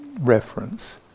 reference